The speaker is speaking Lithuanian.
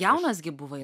jaunas gi buvai